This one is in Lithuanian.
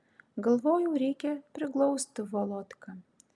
galvoju reikia priglausti volodką